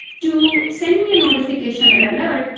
do send me a notification, an alert,